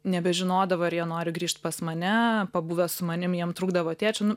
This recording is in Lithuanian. nebežinodavo ar jie nori grįžt pas mane pabuvę su manim jiem trūkdavo tėčio nu